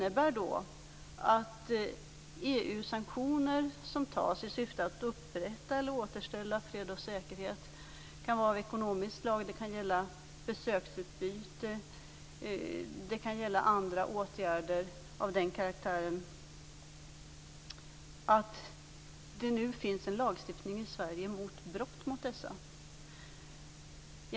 EU-sanktioner som beslutas i syfte att upprätthålla eller återställa fred och säkerhet kan vara av ekonomiskt slag, de kan gälla besöksutbyte eller åtgärder av liknande karaktär, och det finns nu en lagstiftning i Sverige mot brott mot sådana sanktioner.